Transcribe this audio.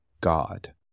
God